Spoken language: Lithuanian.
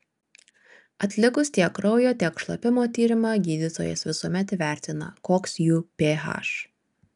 atlikus tiek kraujo tiek šlapimo tyrimą gydytojas visuomet įvertina koks jų ph